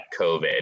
COVID